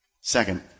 Second